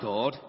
God